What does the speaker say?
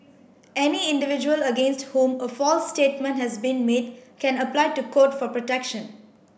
any individual against whom a false statement has been made can apply to Court for protection